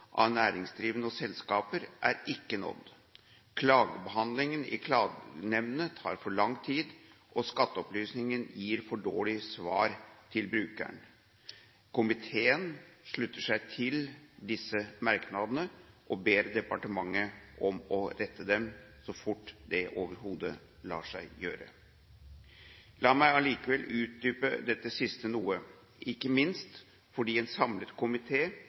av næringsdrivende og selskaper er ikke nådd. Klagebehandlingen i klagenemndene tar for lang tid, og Skatteopplysningen gir for dårlige svar til brukerne. Komiteen slutter seg til disse merknadene og ber departementet om å rette opp dette så fort det overhodet lar seg gjøre. La meg allikevel utdype dette siste noe, ikke minst fordi en samlet